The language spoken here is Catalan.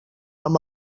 amb